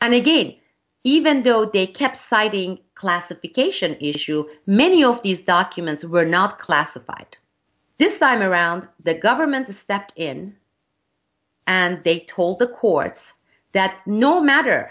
and again even though they kept citing classification issue many of these documents were not classified this time around the government stepped in and they told the courts that no matter